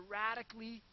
radically